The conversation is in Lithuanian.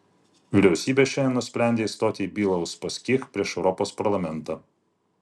vyriausybė šiandien nusprendė įstoti į bylą uspaskich prieš europos parlamentą